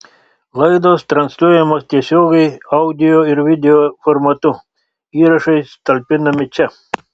laidos transliuojamos tiesiogiai audio ir video formatu įrašai talpinami čia